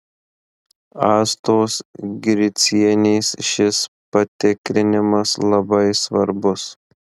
astos gricienės šis patikrinimas labai svarbus